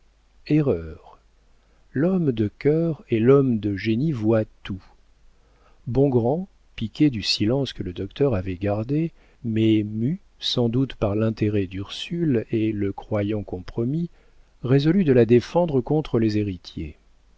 l'homme de cœur et l'homme de génie voient tout bongrand piqué du silence que le docteur avait gardé mais mû sans doute par l'intérêt d'ursule et le croyant compromis résolut de la défendre contre les héritiers